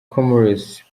comores